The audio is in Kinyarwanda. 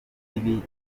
mibi